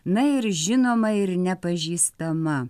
na ir žinoma ir nepažįstama